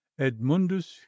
edmundus